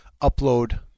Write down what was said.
upload